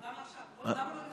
למה לא לפני שנתיים?